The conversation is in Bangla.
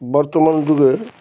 বর্তমান যুগের